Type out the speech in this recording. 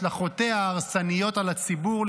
והשלכותיה ההרסניות על הציבור,